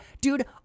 Dude